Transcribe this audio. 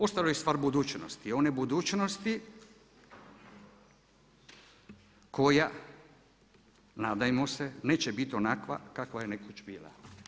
Ostalo je stvar budućnosti, one budućnosti koja nadajmo se neće biti onakva kakva je nekoć bila.